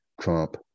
Trump